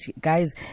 guys